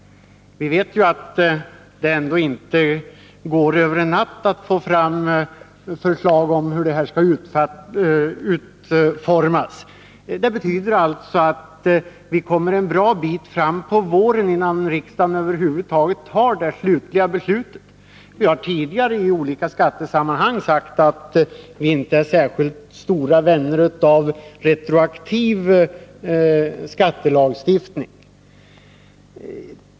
Vi vet att det inte går att över en natt få fram förslag. Det betyder att vi har kommit en bra bit fram i vår innan riksdagen över huvud taget kan fatta det slutliga beslutet. Vi har tidigare i olika skattesammanhang sagt att vi inte är särskilt stora vänner av retroaktiv skattelagstiftning.